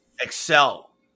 excel